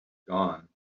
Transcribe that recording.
gone